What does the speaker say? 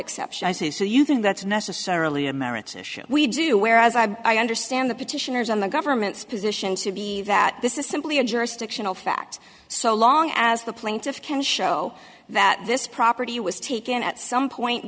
exception i see so you think that's necessarily a merits issue we do where as i understand the petitioners on the government's position to be that this is simply a jurisdictional fact so long as the plaintiffs can show that this property was taken at some point